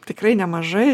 tikrai nemažai